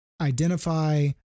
identify